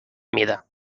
mida